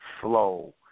flow